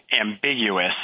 ambiguous